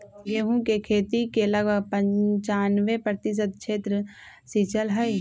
गेहूं के खेती के लगभग पंचानवे प्रतिशत क्षेत्र सींचल हई